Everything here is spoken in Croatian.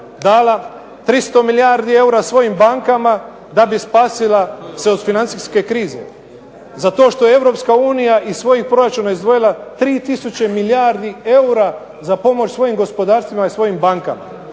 dala 300 milijardi eura svojim bankama da bi spasila se iz financijske krize. Za to što je Europska unija iz svojih proračuna izdvojila 3 tisuće milijardi eura za pomoć svojim gospodarstvima i svojim bankama.